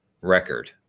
record